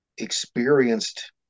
experienced